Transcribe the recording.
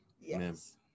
yes